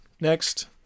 Next